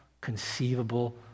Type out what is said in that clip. conceivable